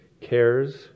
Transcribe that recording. cares